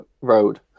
road